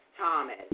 Thomas